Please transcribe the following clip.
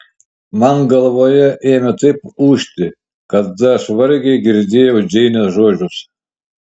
man galvoje ėmė taip ūžti kad aš vargiai girdėjau džeinės žodžius